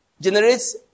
generates